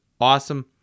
awesome